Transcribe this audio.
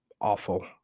awful